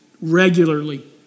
regularly